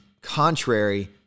contrary